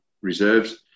reserves